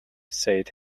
said